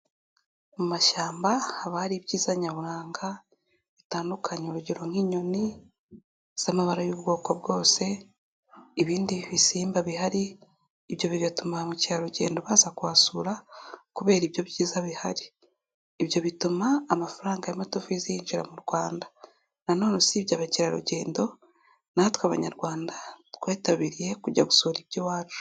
Mu mashyamba haba hari ibyiza nyaburanga bitandukanye, urugero nk'inyoni z'amabara y'ubwoko bwose, ibindi bisimba bihari ibyo bigatuma ba mukerarugendo baza kuhasura, kubera ibyo byiza bihari. Ibyo bituma amafaranga y'amadofize yinjira mu Rwanda nanone usibye abakerarugendo, natwe Abanyarwanda twitabiriye kujya gusura iby'iwacu.